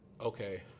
okay